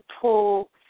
pull